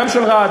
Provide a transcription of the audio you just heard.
גם של רהט,